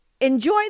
enjoy